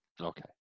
Okay